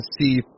see